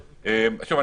שוב,